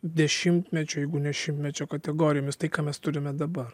dešimtmečio jeigu ne šimtmečio kategorijomis tai ką mes turime dabar